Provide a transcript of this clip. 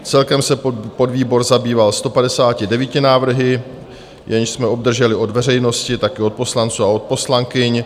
Celkem se podvýbor zabýval 159 návrhy, jež jsme obdrželi od veřejnosti, také od poslanců a od poslankyň.